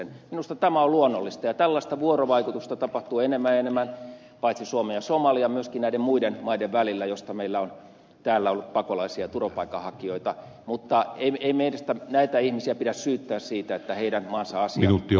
minusta tämä on luonnollista ja tällaista vuorovaikutusta tapahtuu enemmän ja enemmän paitsi suomen ja somalian myöskin näiden muiden maiden välillä joista meillä on täällä ollut pakolaisia ja turvapaikanhakijoita mutta ei meidän näitä ihmisiä pidä syyttää siitä että heidän maansa asia jo